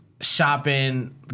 shopping